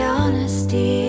honesty